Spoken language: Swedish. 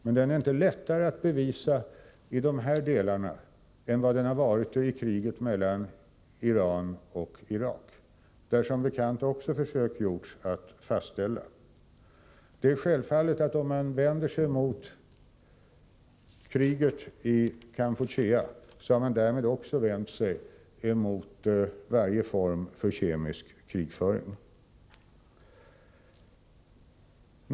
Men den är inte lättare att bevisa i dessa delar än vad den har varit i kriget mellan Iran och Irak, där det som bekant också har gjorts försök att fastställa att kemisk krigföring bedrivits. Om man vänder sig mot kriget i Kampuchea har man därmed självfallet också vänt sig mot varje form av kemisk krigföring.